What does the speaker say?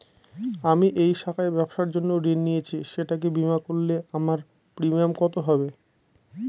আমি এই শাখায় ব্যবসার জন্য ঋণ নিয়েছি সেটাকে বিমা করলে আমার প্রিমিয়াম কত হবে?